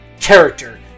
character